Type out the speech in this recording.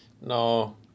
no